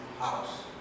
house